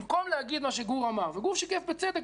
במקום להגיד את מה שגור אמר וגור שיקף בצדק,